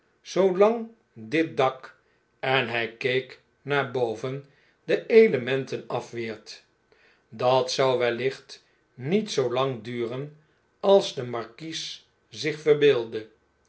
zoolang dit dak en hjj keek naar boven de elementen afweert dat zou wellicht niet zoo lang duren als de markies zich verbeeldde